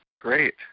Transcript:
Great